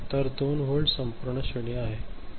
तर 2 व्होल्ट संपूर्ण श्रेणी आहे